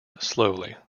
slowly